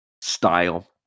style